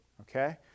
okay